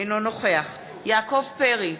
אינו נוכח יעקב פרי,